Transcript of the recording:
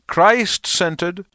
Christ-centered